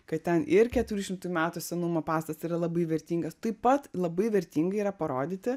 kad ten ir keturi šimtai metų senumo pastatas yra labai vertingas taip pat labai vertinga yra parodyti